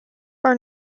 are